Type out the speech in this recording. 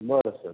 बरं सर